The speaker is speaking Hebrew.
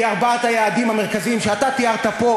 כי ארבעת היעדים המרכזיים שאתה תיארת פה,